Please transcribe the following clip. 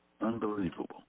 Unbelievable